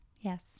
Yes